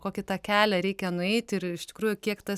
kokį tą kelią reikia nueit ir ir iš tikrųjų kiek tas